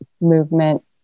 movement